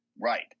Right